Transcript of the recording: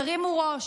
תרימו ראש.